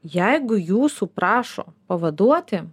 jeigu jūsų prašo pavaduoti